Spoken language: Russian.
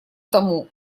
тому